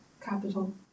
capital